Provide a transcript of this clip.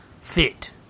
fit